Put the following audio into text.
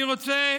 אני רוצה